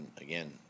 again